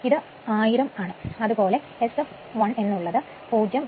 ഇത് 1000 ആണ് അതുപോലെ Sfl എന്ന് ഉള്ളത് 0